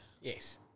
Yes